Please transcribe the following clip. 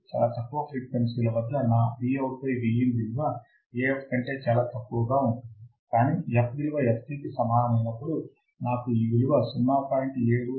చాలా తక్కువ ఫ్రీక్వెన్సీల వద్ద నా Vout Vin విలువ Af కంటే చాలా తక్కువగా ఉంటుంది కానీ f విలువ fc కి సమానమైనప్పుడు నాకు ఈ విలువ 0